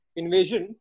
invasion